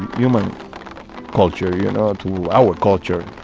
human culture, you know, to our culture.